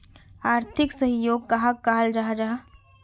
आर्थिक सहयोग कहाक कहाल जाहा जाहा?